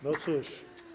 No cóż.